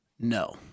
No